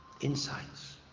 insights